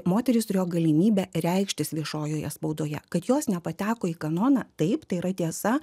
moterys turėjo galimybę reikštis viešojoje spaudoje kad jos nepateko į kanoną taip tai yra tiesa